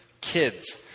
kids